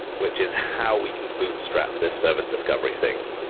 which is how we can bootstrap this service discover thing,